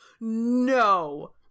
No